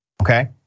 Okay